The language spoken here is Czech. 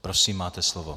Prosím, máte slovo.